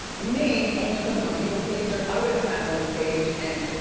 me, only because i'm a people pleaser i would've came out on stage. and